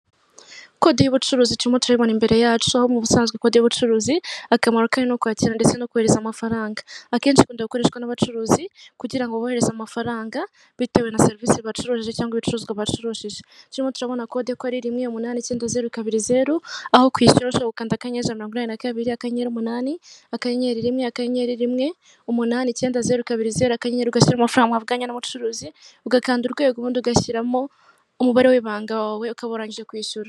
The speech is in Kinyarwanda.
kode y'ubucuruzi turimo turayibona imbere yacu aho mu ubusanzwe kode y'ubucuruzi akamaro kayo nukwakira ndetse no kohereza amafaranga akenshi ikunda akoreshwa n'abacuruzi kugira ngo bohereze amafaranga bitewe na serivisi bacuruje cyangwa ibicuruzwa bacururije turimo turabona code ko Ari rimwe umunani icyenda zero kabiri aho kwishyura ushobora gukanda akanyenyeri ijana na mirongo inani na kabiri akanyenyeri umunani akanyera rimwe akanyenyeri umunani icyenda zero kabiri zero akanyeri ugashyira amafaranga mwavugannye n'umucuruzi ugakanda urwego ubundi ugashyiramo umubare w'ibanga wawe ukaba urangije kwishyura